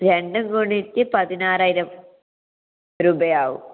രണ്ടും കൂടിയിട്ട് പതിനാറായിരം രൂപയാവും